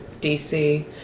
DC